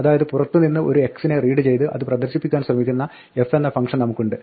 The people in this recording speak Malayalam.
അതായത് പുറത്തുനിന്ന് ഒരു x നെ റീഡ് ചെയ്ത് അത് പ്രദർശിപ്പിക്കുവാൻ ശ്രമിക്കുന്ന fഎന്ന ഫംഗ്ഷൻ നമുക്കുണ്ട്